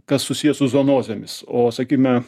kas susiję su zonozėmis o sakyme